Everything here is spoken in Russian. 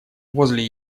возле